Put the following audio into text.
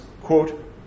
quote